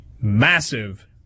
massive